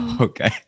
okay